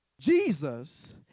Jesus